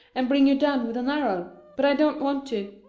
and bring you down with an arrow but i don't want to.